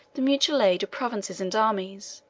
the mutual aid of provinces and armies,